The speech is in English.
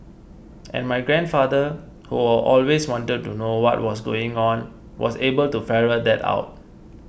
and my grandfather who always wanted to know what was going on was able to ferret that out